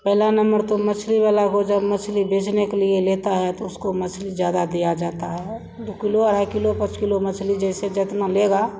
पहला नम्बर तो मछली वाला को जब मछली बेचने के लिए लेता है तो उसको मछली ज़्यादा दिया जाता है दो किलो अढ़ाई किलो पाँच किलो मछली जैसे जितना लेगा